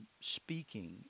speaking